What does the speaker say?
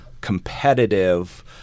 competitive